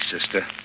sister